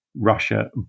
Russia